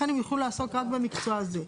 לכן הם יוכלו לעסוק רק במקצוע הזה.